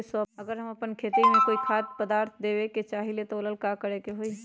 अगर हम अपना खेती में कोइ खाद्य पदार्थ देबे के चाही त वो ला का करे के होई?